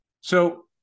So-